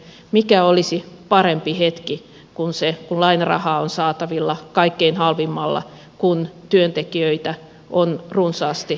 mikä olisi parempi hetki kuin se kun lainarahaa on saatavilla kaikkein halvimmalla kun työntekijöitä on runsaasti odottamassa työtä